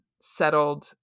settled